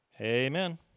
Amen